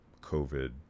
COVID